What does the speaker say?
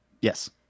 yes